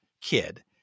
kid